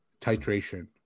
titration